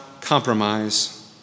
compromise